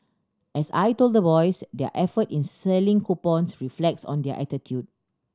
as I told the boys their effort in selling coupons reflects on their attitude